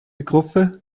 gruppe